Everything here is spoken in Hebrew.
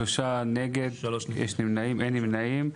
3 נמנעים,